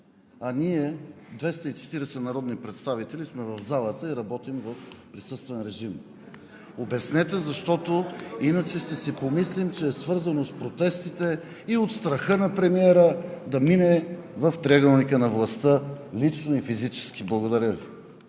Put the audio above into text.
а ние – 240 народни представители, сме в залата и работим в присъствен режим. Обяснете, защото иначе ще си помислим, че е свързано с протестите и страха на премиера да мине в триъгълника на властта лично и физически. Благодаря